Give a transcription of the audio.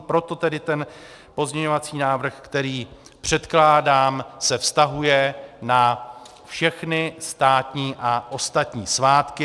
Proto tedy ten pozměňovací návrh, který předkládám, se vztahuje na všechny státní a ostatní svátky.